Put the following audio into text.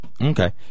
Okay